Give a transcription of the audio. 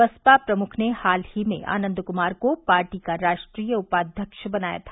बसपा प्रमुख ने हाल ही में आनन्द कुमार को पार्टी का राष्ट्रीय उपाध्यक्ष बनाया था